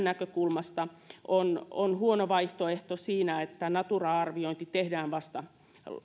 näkökulmasta on on huono vaihtoehto se että natura arviointi tehdään vasta